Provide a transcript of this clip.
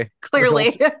Clearly